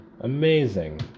amazing